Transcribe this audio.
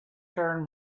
turned